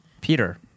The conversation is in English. Peter